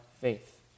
faith